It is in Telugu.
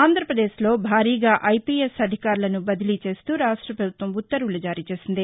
ఆంధ్రాపదేశ్లో భారీగా ఐపీఎస్ అధికారులను బదిలీ చేస్తూ రాష్ట పభుత్వం ఉత్తర్వులు జారీ చేసింది